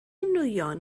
nwyon